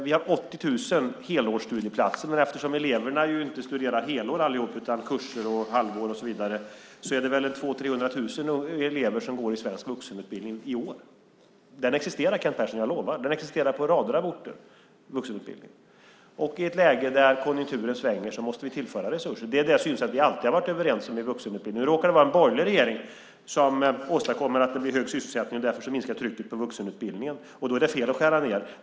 Vi har 80 000 helårsstudieplatser. Men eftersom alla elever inte studerar helår utan kurser, halvår och så vidare är det 200 000-300 000 elever som går i svensk vuxenutbildning i år. Den existerar, Kent Persson. Jag lovar det. Vuxenutbildningen existerar på rader av orter. I ett läge då konjunkturen svänger måste vi tillföra resurser. Det är det synsätt som vi alltid har varit överens om när det gäller vuxenutbildningen. Nu råkar det vara en borgerlig regering som åstadkommer att det blir hög sysselsättning. Därför minskar trycket på vuxenutbildningen. Då är det fel att skära ned.